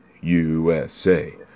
USA